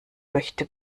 möchte